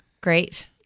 Great